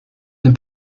n’ai